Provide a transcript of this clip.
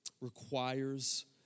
requires